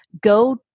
go